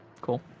cool